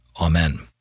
Amen